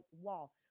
wall